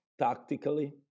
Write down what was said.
tactically